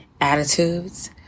attitudes